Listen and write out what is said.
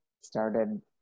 started